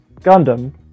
Gundam